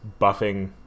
buffing